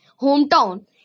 hometown